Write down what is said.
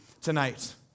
tonight